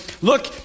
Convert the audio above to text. look